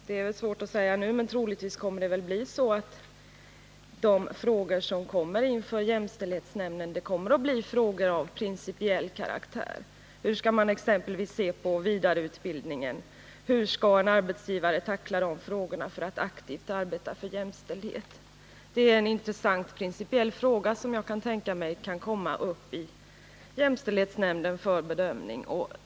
Det är väl svårt att nu säga hur det blir, men troligtvis kommer de frågor som tas upp inför nämnden att vara av principiell karaktär. Hur skall man exempelvis se på vidareutbildningen? Hur skall en arbetsgivare tackla de problemen för att aktivt arbeta för jämställdhet? Det är en intressant principiell fråga som kan tänkas komma uppi jämställdhetskommittén för bedömning.